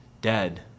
dead